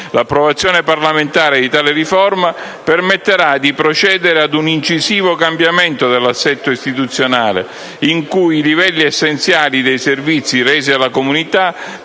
L'approvazione parlamentare di tale riforma permetterà di procedere ad un incisivo cambiamento dell'assetto istituzionale, in cui i livelli essenziali dei servizi resi alla comunità